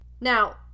Now